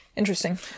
Interesting